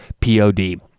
pod